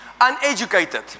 uneducated